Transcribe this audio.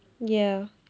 ya